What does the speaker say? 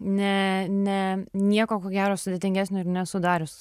ne ne nieko ko gero sudėtingesnio ir nesu darius